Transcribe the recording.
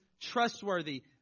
trustworthy